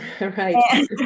Right